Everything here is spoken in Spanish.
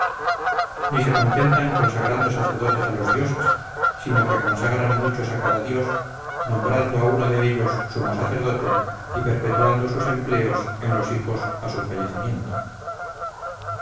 ni se contentan consagrando sacerdotes a los dioses sino que consagran muchos a cada dios nombrando a uno de ellos sumo sacerdote y perpetuando sus empleos en los hijos a su fallecimiento